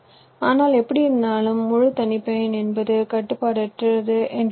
ஆனால் எப்படியிருந்தாலும் முழு தனிப்பயன் என்பது கட்டுப்பாடற்றது என்று பொருள்